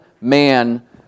man